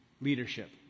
leadership